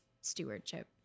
stewardship